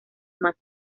más